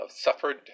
suffered